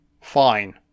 fine